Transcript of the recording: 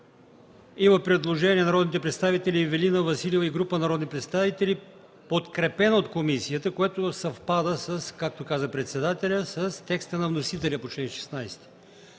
има предложение от народните представители Ивелина Василева и група народни представители, подкрепено от комисията, което съвпада с, както каза председателят, текста на вносителя по чл.